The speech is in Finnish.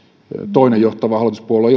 toinen johtava hallituspuolue